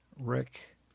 Rick